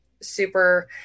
super